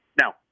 Now